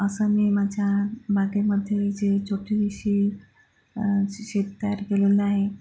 असं मी माझ्या बागेमध्ये जे छोटंसं श श शेत तयार केलेलं आहे